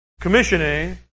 commissioning